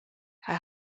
hij